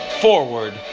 Forward